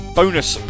bonus